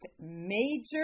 major